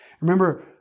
Remember